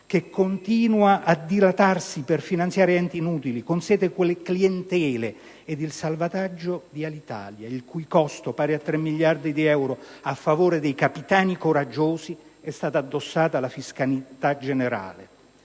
che continua a dilatarsi per finanziare enti inutili, le consuete clientele, mentre il salvataggio di Alitalia il cui costo, pari a 3 miliardi di euro, a favore di capitani coraggiosi, è stato addossato alla fiscalità generale.